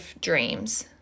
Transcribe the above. dreams